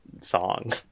song